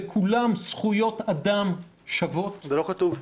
לכולם זכויות אדם שוות --- זה לא כתוב פה.